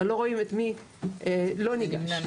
אבל לא רואים את מי שלא ניגש.